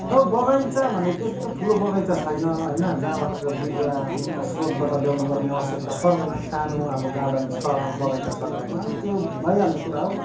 अब बगैँचा भन्दा चाहिँ त्यस्तो ठुलो बगैँचा छैन होइन जहाँबाट चाहिँ बिरुवा विभिन्न स्रोतबाट ल्याउनुपर्ने आवश्यकता पर्दैन सानो अब गार्डन छ बगैँचा छ घरमा अब त्यो भइहाल्ने कुरा हो